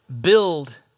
build